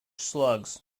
slugs